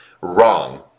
wrong